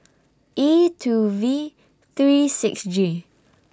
E two V three six G